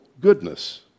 goodness